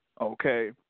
Okay